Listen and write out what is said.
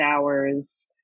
hours